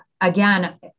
again